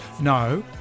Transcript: No